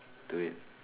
to it